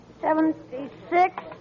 Seventy-six